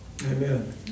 Amen